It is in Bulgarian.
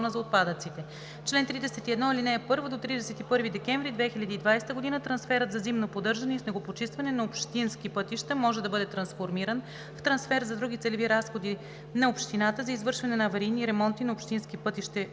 за отпадъците. Чл. 31. (1) До 31 декември 2020 г. трансферът за зимно поддържане и снегопочистване на общински пътища може да бъде трансформиран в трансфер за други целеви разходи на общината за извършване на аварийни ремонти на общински пътища